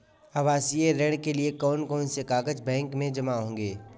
आवासीय ऋण के लिए कौन कौन से कागज बैंक में जमा होंगे?